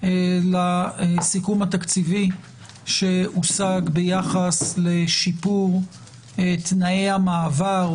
גם לסיכום התקציבי שהושג ביחס לשיפור תנאי המעבר,